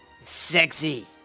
Sexy